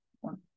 one